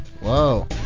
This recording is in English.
Whoa